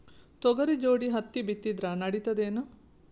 ತೊಗರಿ ಜೋಡಿ ಹತ್ತಿ ಬಿತ್ತಿದ್ರ ನಡಿತದೇನು?